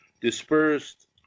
dispersed